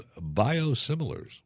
biosimilars